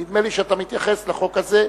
נדמה לי שאתה מתייחס לחוק הזה.